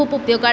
खूप उपयोगात